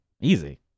Easy